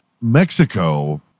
Mexico